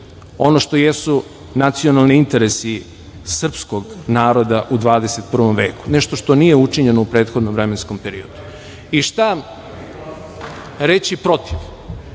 ono što jesu nacionalni interesi srpskog naroda u 21. veku, nešto što nije učinjeno u prethodnom vremenskom periodu. I šta reći protiv,